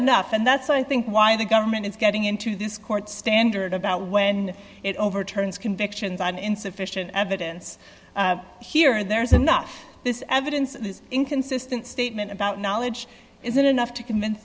enough and that's i think why the government is getting into this court standard about when it overturns convictions on insufficient evidence here there's enough this evidence is inconsistent statement about knowledge isn't enough to convince